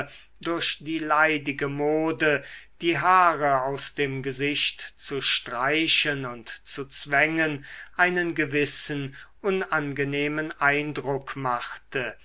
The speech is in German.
durch die leidige mode die haare aus dem gesicht zu streichen und zu zwängen einen gewissen unangenehmen eindruck machte